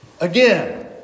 Again